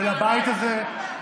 ולבית הזה,